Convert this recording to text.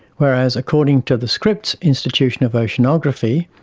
whereas, according to the scripps institution of oceanography,